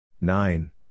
Nine